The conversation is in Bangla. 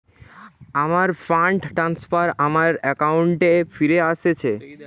আমার ফান্ড ট্রান্সফার আমার অ্যাকাউন্টে ফিরে এসেছে